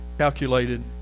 Calculated